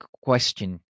question